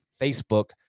Facebook